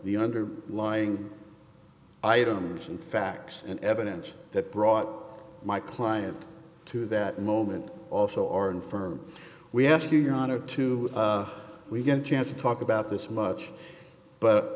the under lying items and facts and evidence that brought my client to that moment also are in firm we ask you your honor to we get a chance to talk about this much but